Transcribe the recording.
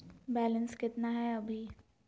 Balance केतना हय अभी?